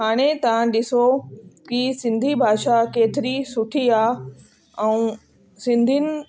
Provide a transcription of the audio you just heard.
हाणे तव्हां ॾिसो की सिंधी भाषा केतिरी सुठी आहे ऐं सिंधियुनि